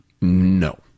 No